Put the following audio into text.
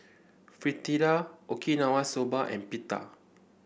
Fritada Okinawa Soba and Pita